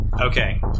Okay